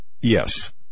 Yes